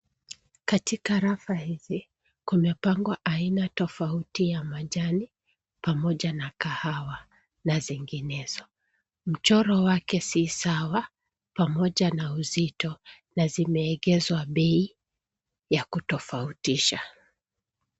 Katika rafa hizi kumepangwa aina tofauti ya majani pamoja na kahawa na zinginezo. Mchoro wake si sawa pamoja na uzito na zime egezwa bei ya kutofautisha.